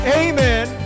amen